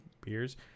beers